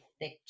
thick